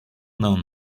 known